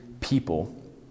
people